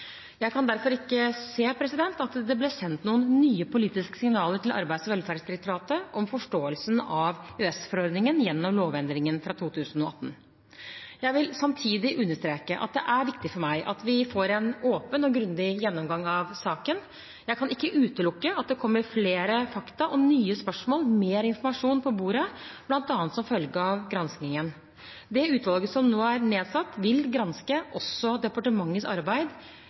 Jeg kan derfor ikke se at det ble sendt noen nye politiske signaler til Arbeids- og velferdsdirektoratet om forståelsen av EØS-forordningen gjennom lovendringene fra 2018. Jeg vil samtidig understreke at det er viktig for meg at vi får en åpen og grundig gjennomgang av saken. Jeg kan ikke utelukke at det kommer flere fakta og nye spørsmål og mer informasjon på bordet, bl.a. som følge av granskingen. Det utvalget som nå er nedsatt, vil granske også departementets arbeid